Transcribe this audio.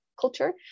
culture